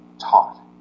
taught